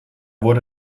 wurde